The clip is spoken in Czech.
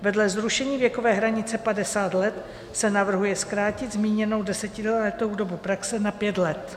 Vedle zrušení věkové hranice 50 let se navrhuje zkrátit zmíněnou desetiletou dobu praxe na pět let.